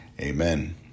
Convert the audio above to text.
Amen